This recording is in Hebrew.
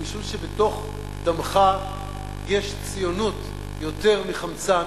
ומשום שבתוך דמך יש ציונות יותר מחמצן,